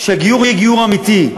שהגיור יהיה גיור אמיתי,